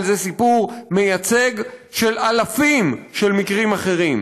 אבל זה סיפור מייצג של אלפים של מקרים אחרים.